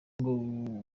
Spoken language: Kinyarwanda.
ngo